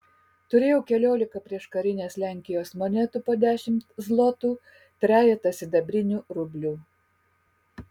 turėjau keliolika prieškarinės lenkijos monetų po dešimtį zlotų trejetą sidabrinių rublių